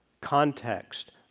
context